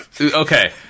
Okay